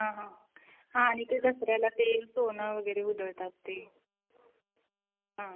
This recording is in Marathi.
हां हां हां आणि ते दसऱ्याला ते सोनं वगैरे उधळतात ते हां